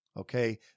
okay